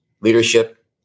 leadership